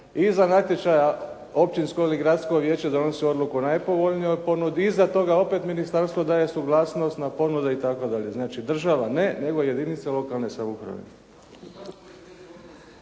iza natječaja općinsko ili gradsko vijeće donosi odluku o najpovoljnijoj ponudi, iza toga Ministarstvo daje opet daje suglasnost itd. znači država ne, nego jedinice lokalne samouprave.